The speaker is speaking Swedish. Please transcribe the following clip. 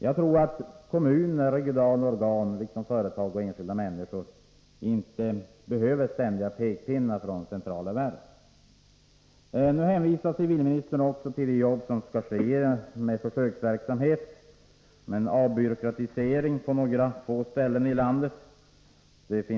Jag tror att kommuner och regionala organ liksom företag och enskilda människor inte behöver ständiga pekpinnar från centrala verk. Nu hänvisar civilministern också till den försöksverksamhet med avbyråkratisering som skall ske på några få ställen i landet.